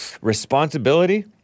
responsibility